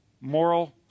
moral